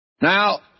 Now